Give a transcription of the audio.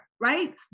right